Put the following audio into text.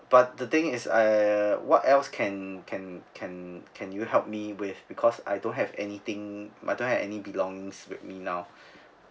but the thing is I uh what else can can can can you help me with because I don't have any thing I don't have any belongings with me now